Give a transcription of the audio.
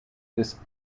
this